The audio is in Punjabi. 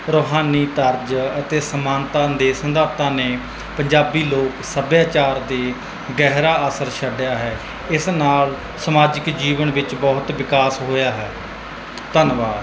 ਰੂਹਾਨੀ ਤਰਜ ਅਤੇ ਸਮਾਨਤਾ ਦੇ ਸਿਧਾਂਤਾਂ ਨੇ ਪੰਜਾਬੀ ਲੋਕ ਸੱਭਿਆਚਾਰ 'ਤੇ ਗਹਿਰਾ ਅਸਰ ਛੱਡਿਆ ਹੈ ਇਸ ਨਾਲ ਸਮਾਜਿਕ ਜੀਵਨ ਵਿੱਚ ਬਹੁਤ ਵਿਕਾਸ ਹੋਇਆ ਹੈ ਧੰਨਵਾਦ